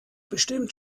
bestimmt